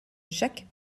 jacques